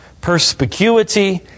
perspicuity